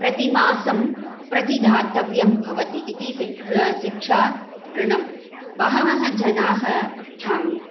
प्रतिमासं प्रतिदातव्यं भवति इति शिक्षा ऋणं बहवः जनाः